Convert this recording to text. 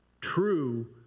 true